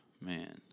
man